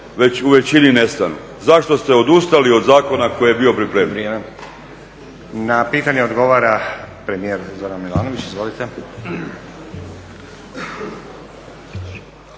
već u većini nestanu? Zašto ste odustali od zakona koji je bio pripremljen?